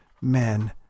men